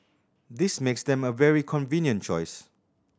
this makes them a very convenient choice